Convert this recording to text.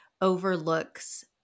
overlooks